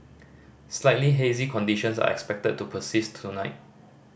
slightly hazy conditions are expected to persist tonight